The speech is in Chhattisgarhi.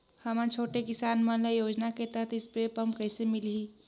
हमन छोटे किसान मन ल योजना के तहत स्प्रे पम्प कइसे मिलही?